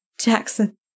jackson